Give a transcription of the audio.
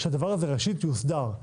שהדבר הזה ראשית יוסדר,